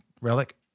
Relic